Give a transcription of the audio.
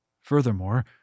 Furthermore